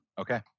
okay